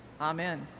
Amen